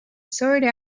sort